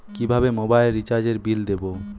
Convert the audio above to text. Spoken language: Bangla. কিভাবে মোবাইল রিচার্যএর বিল দেবো?